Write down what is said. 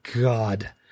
God